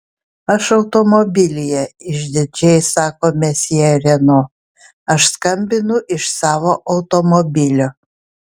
aš automobilyje išdidžiai sako mesjė reno aš skambinu iš savo automobilio